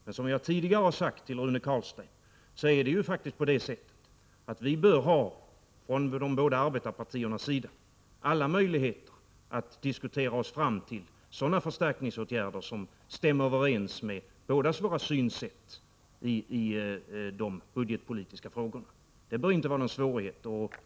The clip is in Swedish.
Men som jag tidigare har sagt till Rune Carlstein bör de båda arbetarpartierna ha alla möjligheter att diskutera sig fram till sådana förstärkningsåtgärder som stämmer överens med vårt gemensamma synsätt i de budgetpolitiska frågorna. Det bör inte vara några svårigheter.